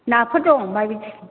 नाफोर दं बाय